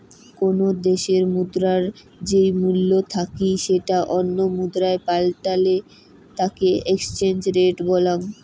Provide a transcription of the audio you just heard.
কোনো দ্যাশের মুদ্রার যেই মূল্য থাকি সেটা অন্য মুদ্রায় পাল্টালে তাকে এক্সচেঞ্জ রেট বলং